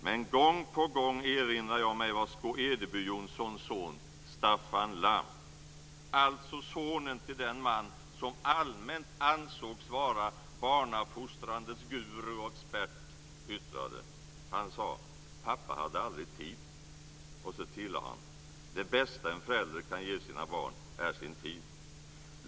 Men gång på gång erinrar jag mig vad Skå-Edeby Jonssons son Staffan Lamm, alltså sonen till den man som allmänt ansågs vara barnafostrandets guru och expert, yttrade. Han sade: Pappa hade aldrig tid. Sedan tillade han: Det bästa en förälder kan ge sina barn är sin tid.